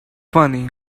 funny